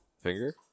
Finger